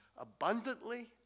abundantly